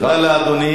אז אני אעביר